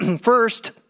First